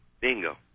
bingo